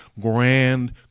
grand